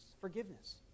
Forgiveness